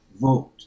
vote